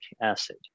acid